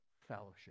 fellowship